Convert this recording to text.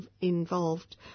involved